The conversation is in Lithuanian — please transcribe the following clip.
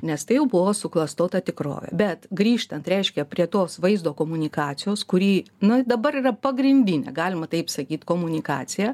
nes tai jau buvo suklastota tikrovė bet grįžtant reiškia prie tos vaizdo komunikacijos kurį na dabar yra pagrindinė galima taip sakyti komunikacija